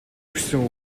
гэсэн